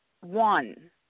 one